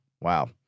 Wow